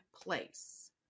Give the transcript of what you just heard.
place